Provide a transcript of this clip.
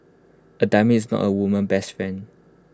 A diamond is not A woman's best friend